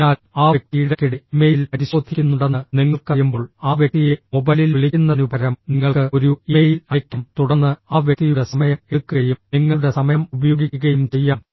അതിനാൽ ആ വ്യക്തി ഇടയ്ക്കിടെ ഇമെയിൽ പരിശോധിക്കുന്നുണ്ടെന്ന് നിങ്ങൾക്കറിയുമ്പോൾ ആ വ്യക്തിയെ മൊബൈലിൽ വിളിക്കുന്നതിനുപകരം നിങ്ങൾക്ക് ഒരു ഇമെയിൽ അയയ്ക്കാം തുടർന്ന് ആ വ്യക്തിയുടെ സമയം എടുക്കുകയും നിങ്ങളുടെ സമയം ഉപയോഗിക്കുകയും ചെയ്യാം